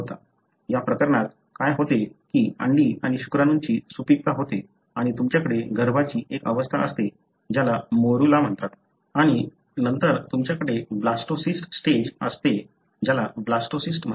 या प्रकरणात काय होते की अंडी आणि शुक्राणूंची सुपिकता होते आणि तुमच्याकडे गर्भाची एक अवस्था असते ज्याला मोरुला म्हणतात आणि नंतर तुमच्याकडे ब्लास्टोसिस्ट स्टेज असतो ज्याला ब्लास्टोसिस्ट म्हणतात